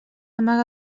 amaga